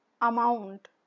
amount